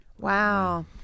Wow